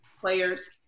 players